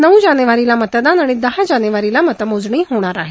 नऊ जानेवारीला मतदान आणि दहा जानेवारीला मतमोजणी होणार आहे